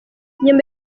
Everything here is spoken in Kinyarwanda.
nyuma